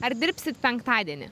ar dirbsit penktadienį